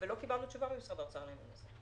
ולא קיבלנו תשובה ממשרד האוצר לעניין הזה.